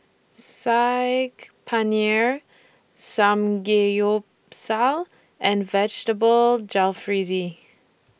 Saag Paneer Samgeyopsal and Vegetable Jalfrezi